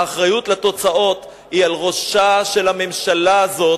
האחריות לתוצאות היא על ראשה של הממשלה הזאת,